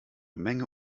menge